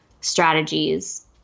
strategies